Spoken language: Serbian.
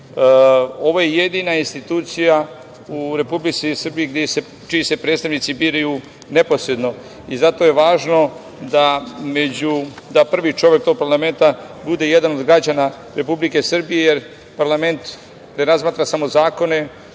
ovo je jedina institucija u Republici Srbiji čiji se predstavnici biraju neposredno. Zato je važno da prvi čovek tog parlamenta bude jedan od građana Republike Srbije, jer parlament ne razmatra samo zakone,